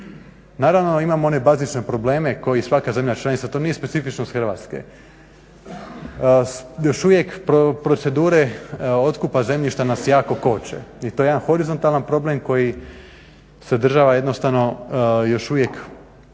Naravno da imamo one bazične problem kao i svaka zemlja članica, to nije specifičnost Hrvatske. Još uvijek procedure otkupa zemljišta nas jako koče i to je jedan horizontalan problem koji sadržava jednostavno još uvijek